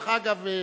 ודרך אגב,